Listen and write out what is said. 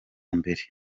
mbere